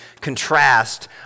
contrast